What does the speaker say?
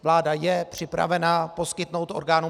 Vláda je připravena poskytnout orgánům